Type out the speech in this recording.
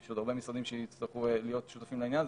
יש עוד הרבה משרדים שיצטרכו להיות שותפים לעניין הזה,